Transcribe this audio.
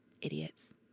Idiots